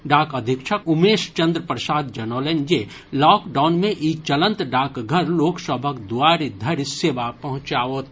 डाक अधीक्षक उमेशचंद्र प्रसाद जनौलनि जे लॉकडाउन मे ई चलंत डाकघर लोक सभक दुआरि धरि सेवा पहुंचाओत